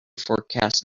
forecast